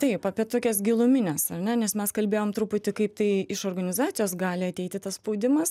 taip apie tokias gilumines ar ne nes mes kalbėjom truputį kaip tai iš organizacijos gali ateiti tas spaudimas